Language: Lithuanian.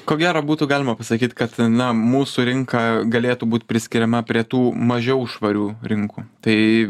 ko gero būtų galima pasakyt kad na viena mūsų rinka galėtų būt priskiriama prie tų mažiau švarių rinkų tai